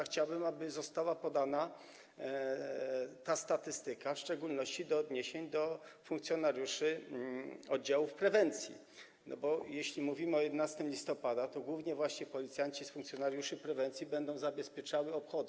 Chciałbym, aby została podana ta statystyka w szczególności w odniesieniu do funkcjonariuszy oddziałów prewencji, bo jeśli mówimy o 11 listopada, to głównie właśnie policjanci, funkcjonariusze prewencji będą zabezpieczali obchody.